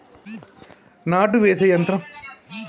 నాటు వేసే యంత్రం ధర ఎంత రోజుకి ఎన్ని ఎకరాలు నాటు వేస్తుంది?